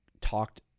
talked